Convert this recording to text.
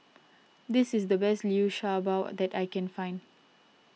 this is the best Liu Sha Bao that I can find